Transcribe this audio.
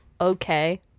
Okay